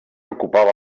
ocupava